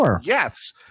yes